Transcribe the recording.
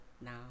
now